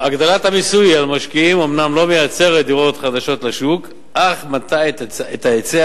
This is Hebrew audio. הגדלת המס על המשקיעים אומנם לא מייצרת דירות חדשות לשוק אך מטה את ההיצע